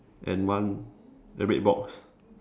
and one the red box